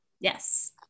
Yes